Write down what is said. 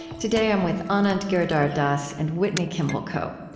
today, i'm with anand giridharadas and whitney kimball coe.